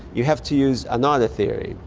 you have to use another theory,